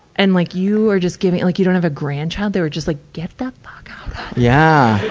and like you are just giving, like you don't have a grandchild? they were just like, get the fuck yeah